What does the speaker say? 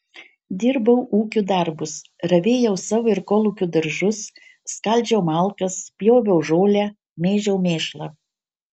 dirbau ūkio darbus ravėjau savo ir kolūkio daržus skaldžiau malkas pjoviau žolę mėžiau mėšlą